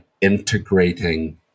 integrating